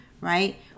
right